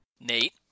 Nate